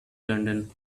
london